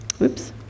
Oops